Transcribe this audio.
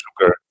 sugar